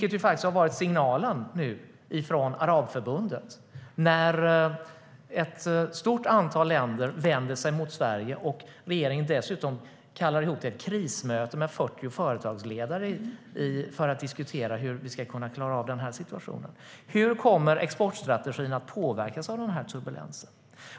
Det är faktiskt det som har varit signalen från Arabförbundet. Ett stort antal länder vänder sig emot Sverige, och regeringen kallar dessutom till ett krismöte med 40 företagsledare för att diskutera hur vi ska kunna klara av situationen. Hur kommer exportstrategin att påverkas av den turbulensen?